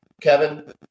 Kevin